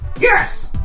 Yes